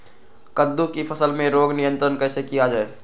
कददु की फसल में रोग नियंत्रण कैसे किया जाए?